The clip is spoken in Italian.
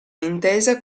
intesa